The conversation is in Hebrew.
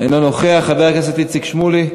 אינו נוכח, חבר הכנסת איציק שמולי,